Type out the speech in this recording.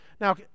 Now